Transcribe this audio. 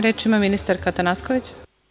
Reč ima ministarka Atanasković.